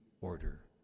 order